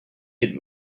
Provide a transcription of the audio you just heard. hit